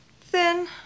Thin